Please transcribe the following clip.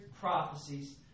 prophecies